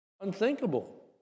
unthinkable